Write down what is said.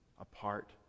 apart